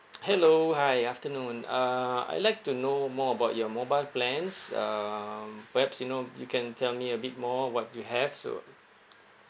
hello hi afternoon uh I would like to know more about your mobile plans um perhaps you know you can tell me a bit more what you have so